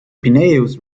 pineios